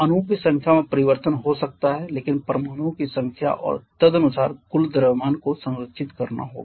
अणुओं की संख्या में परिवर्तन हो सकता है लेकिन परमाणुओं की संख्या और तदनुसार कुल द्रव्यमान को संरक्षित करना होगा